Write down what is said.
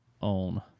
on